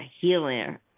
healer